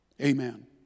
Amen